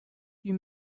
you